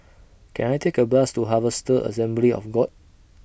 Can I Take A Bus to Harvester Assembly of God